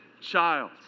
child